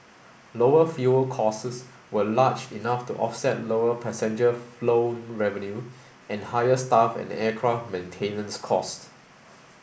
lower fuel were large enough to offset lower passenger flown revenue and higher staff and aircraft maintenance costs